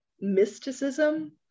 mysticism